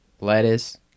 lettuce